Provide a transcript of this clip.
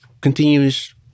continues